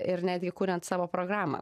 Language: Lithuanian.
ir netgi kuriant savo programą